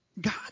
God